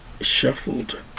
shuffled